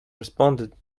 responded